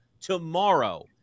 tomorrow